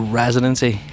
residency